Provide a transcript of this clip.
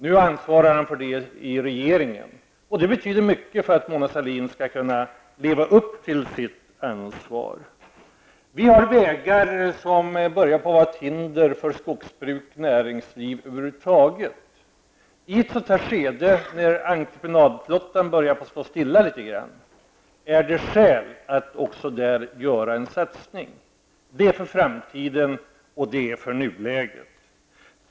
Nu ansvarar han för detta i regeringen. Det betyder mycket för att Mona Sahlin skall kunna leva upp till sitt ansvar. Vägarna hos oss är i ett sådant skick att det börjar utgöra ett hinder för skogsbruket och för näringslivet över huvud taget. I ett skede där entreprenadflottan börjar stå stilla finns det skäl att göra en satsning dels för framtiden, dels för nuläget.